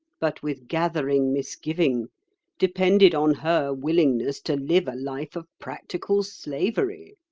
but with gathering misgiving depended on her willingness to live a life of practical slavery.